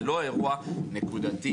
זה לא אירוע נקודתי.